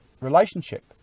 relationship